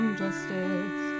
justice